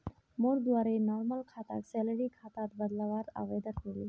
मोर द्वारे नॉर्मल खाताक सैलरी खातात बदलवार आवेदन दिले